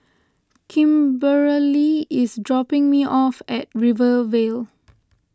Kimberely is dropping me off at Rivervale